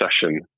session